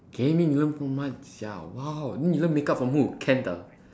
gaming learn from marzia !wow! then you learn makeup from who kent ah